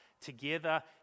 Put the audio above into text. together